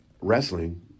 wrestling